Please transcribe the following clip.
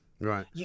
Right